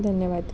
धन्यवाद